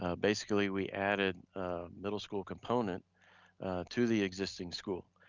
ah basically we added middle school component to the existing school.